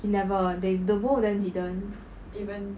he never they the both of them never